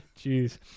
Jeez